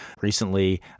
recently